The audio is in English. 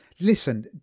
Listen